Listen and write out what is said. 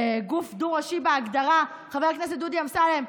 גוף דו-ראשי בהגדרה, חבר הכנסת דודי אמסלם,